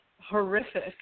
horrific